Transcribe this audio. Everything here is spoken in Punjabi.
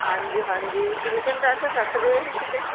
ਹਾਂਜੀ ਹਾਂਜੀ ਟਿਊਸ਼ਨ ਟਾਸ਼ਨ ਰੱਖ ਦਿਓ ਇਹਦੀ ਕਿਤੇ